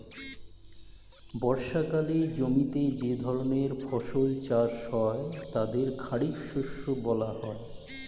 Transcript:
বর্ষাকালে জমিতে যে ধরনের ফসল চাষ হয় তাদের খারিফ শস্য বলা হয়